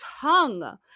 tongue